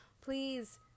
please